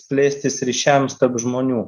plėstis ryšiams tarp žmonių